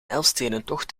elfstedentocht